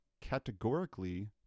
categorically